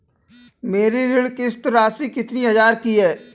मेरी ऋण किश्त राशि कितनी हजार की है?